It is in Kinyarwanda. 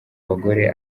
bagore